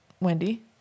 Wendy